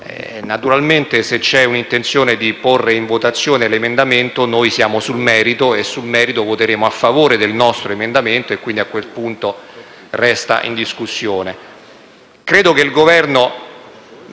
Naturalmente, se c'è l'intenzione di porre in votazione l'emendamento noi, e sul merito, voteremo a favore del nostro emendamento e, quindi, a quel punto resta in discussione.